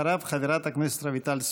אחריו, חברת הכנסת רויטל סויד.